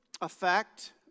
affect